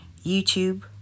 YouTube